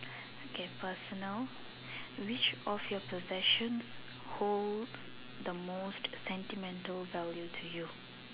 okay personal which of you possession hold the most sentimental value to you